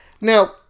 Now